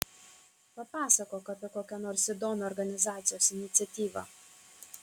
papasakok apie kokią nors įdomią organizacijos iniciatyvą